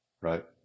right